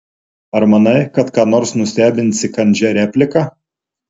ar manai kad ką nors nustebinsi kandžia replika